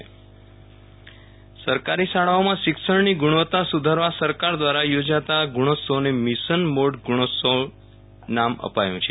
Viral Rana mission mode Gunotsav સરકારી શાળાઓમાં શિક્ષણની ગુણવતા સુધારવા સરકાર દ્વારા યોજાા ગુણોત્સવને મિશન મોડ ગુણોત્સવના નામ અપાયું છે